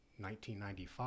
1995